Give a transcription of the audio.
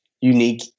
unique